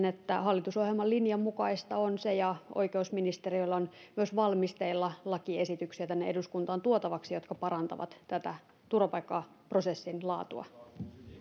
että se on hallitusohjelman linjan mukaista ja oikeusministeriöllä on myös valmisteilla lakiesityksiä tänne eduskuntaan tuotavaksi jotka parantavat tätä turvapaikkaprosessin laatua